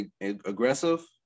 aggressive